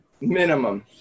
minimum